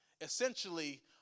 Essentially